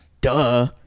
duh